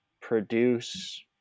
produce